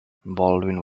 baldwin